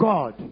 God